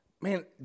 Man